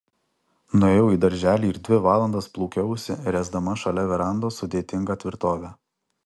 nuėjau į darželį ir dvi valandas plūkiausi ręsdama šalia verandos sudėtingą tvirtovę